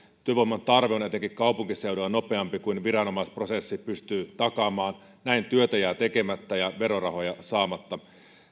työvoiman tarve on etenkin kaupunkiseuduilla nopeampi kuin viranomaisprosessit pystyvät takamaan näin työtä jää tekemättä ja verorahoja saamatta